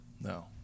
no